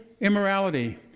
immorality